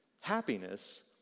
happiness